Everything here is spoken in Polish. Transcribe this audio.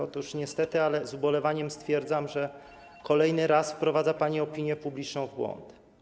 Otóż niestety, ale z ubolewaniem stwierdzam, że kolejny raz wprowadza pani opinię publiczną w błąd.